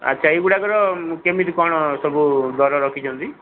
ଆଚ୍ଛା ଏଇ ଗୁଡ଼ାକର କେମିତି କ'ଣ ସବୁ ଦର ରଖିଛନ୍ତି